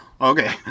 Okay